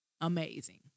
amazing